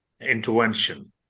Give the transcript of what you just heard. intervention